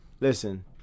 listen